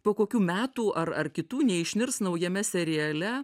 po kokių metų ar ar kitų neišnirs naujame seriale